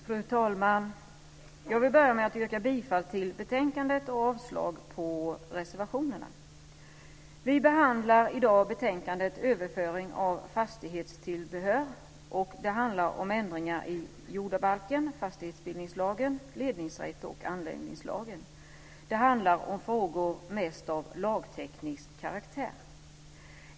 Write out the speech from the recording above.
Fru talman! Jag vill börja med att yrka bifall till förslaget i betänkandet och avslag på reservationerna. Vi behandlar i dag betänkandet Överföring av fastighetstillbehör. Det handlar om ändringar i jordabalken, fastighetsbildningslagen, ledningsrättslagen och anläggningslagen. Det handlar mest om frågor av lagteknisk karaktär.